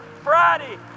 Friday